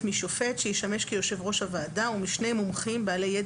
שישמש כיושב ראש הוועדה משני מומחים בעלי ידע